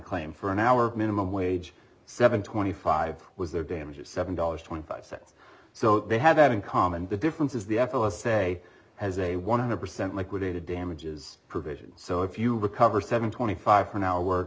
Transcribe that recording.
claim for an hour minimum wage seven twenty five was their damages seven dollars twenty five cents so they had that income and the difference is the f l let's say has a one hundred percent liquidated damages provision so if you recover seven twenty five for an hour